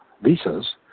visas